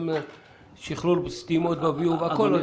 גם שחרור סתימות בביוב הכול.